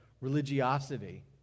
religiosity